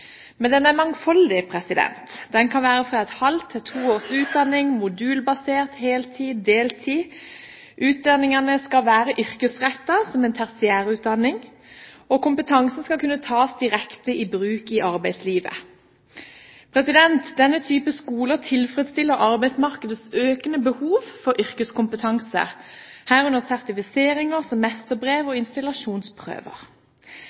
Men den er mangfoldig. Den kan være fra et halvt til to års utdanning, modulbasert, heltid og deltid. Utdanningene skal være yrkesrettede, som en tertiærutdanning, og kompetansen skal kunne tas direkte i bruk i arbeidslivet. Denne type skoler tilfredsstiller arbeidsmarkedets økende behov for yrkeskompetanse, herunder sertifiseringer som mesterbrev